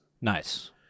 Nice